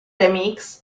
remix